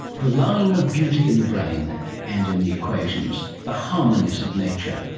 the line of beauty in the brain and in the equations. the harmonies of nature.